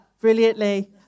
brilliantly